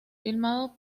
filmado